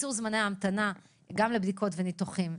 קיצור זמני ההמתנה גם לבדיקות וניתוחים.